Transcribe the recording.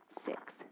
six